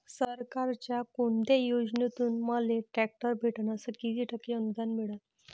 सरकारच्या कोनत्या योजनेतून मले ट्रॅक्टर भेटन अस किती टक्के अनुदान मिळन?